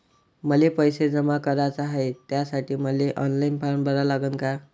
मले पैसे जमा कराच हाय, त्यासाठी मले ऑनलाईन फारम भरा लागन का?